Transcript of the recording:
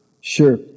sure